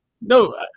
No